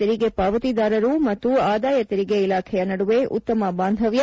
ತೆರಿಗೆ ಪಾವತಿದಾರರು ಮತ್ತು ಆದಾಯ ತೆರಿಗೆ ಇಲಾಖೆಯ ನಡುವೆ ಉತ್ತಮ ಬಾಂಧವ್ಯ